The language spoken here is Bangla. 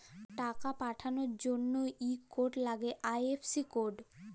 টাকা পাঠাবার জনহে ইক কোড লাগ্যে আই.এফ.সি কোড